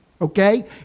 okay